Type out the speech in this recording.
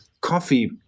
coffee